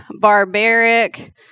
barbaric